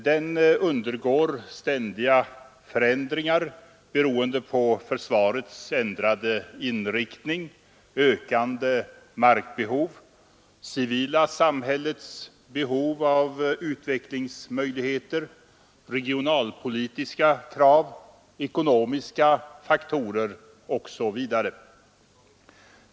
Den undergår ständiga förändringar beroende på försvarets ändrade inriktning, dess ökande markbehov, det civila samhällets behov av utvecklingsmöjligheter, regionalpolitiska krav, ekonomiska faktorer osv.